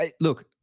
look